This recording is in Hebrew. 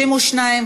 התשע"ה 2015,